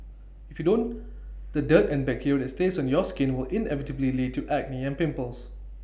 if you don't the dirt and bacteria that stays on your skin will inevitably lead to acne and pimples